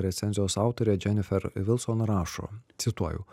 recenzijos autorė dženifer vilson rašo cituoju